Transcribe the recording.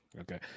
Okay